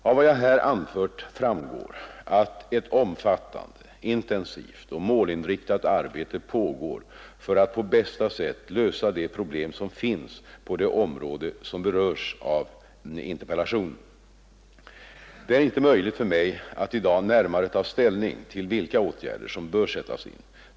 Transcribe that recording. Av vad jag här anfört framgår att ett omfattande, intensivt och målinriktat arbete pågår för att på bästa sätt lösa de problem som finns på det område som berörs av interpellationen. Det är inte möjligt för mig att i dag närmare ta ställning till vilka åtgärder som bör sättas in.